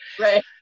right